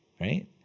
right